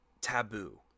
taboo